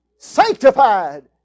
sanctified